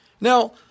Now